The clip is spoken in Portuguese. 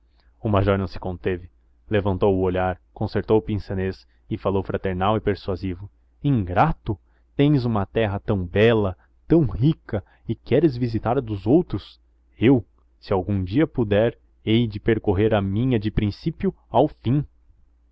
o major não se conteve levantou o olhar concertou o pince-nez e falou fraternal e persuasivo ingrato tens uma terra tão bela tão rica e queres visitar a dos outros eu se algum dia puder hei de percorrer a minha de princípio ao fim